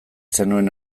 zenuen